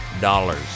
dollars